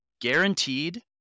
guaranteed